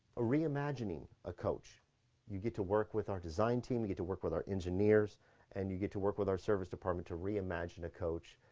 a reimagining a coach you get to work with our design team you get to work with our engineers and you get to work with our service department to reimagine a coach